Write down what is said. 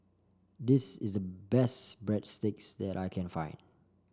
this is the best Breadsticks that I can find